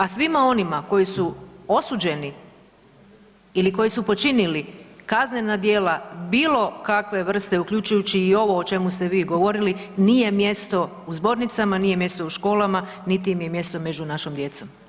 A svima onima koji su osuđeni ili koji su počinili kaznena djela bilo kakve vrste, uključujući i ovo o čemu ste vi govorili nije mjesto u zbornicama, nije mjesto u školama niti im je mjesto među našom djecom.